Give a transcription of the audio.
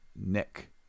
Nick